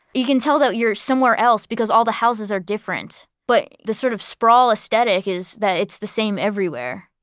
you can tell that you're somewhere else because all the houses are different. but the sort of sprawl aesthetic is that it's the same everywhere.